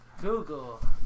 Google